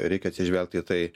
reikia atsižvelgti į tai